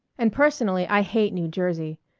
and personally i hate new jersey.